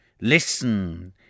Listen